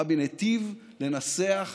רבין היטיב לנסח פה,